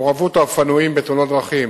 3. מעורבות האופנועים בתאונות דרכים,